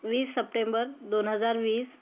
वीस सप्टेंबर दोन हजार वीस